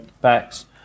backs